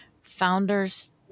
founders